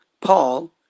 Paul